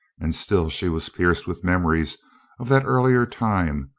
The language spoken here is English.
and still she was pierced with memories of that earlier time,